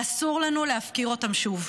ואסור לנו להפקיר אותם שוב.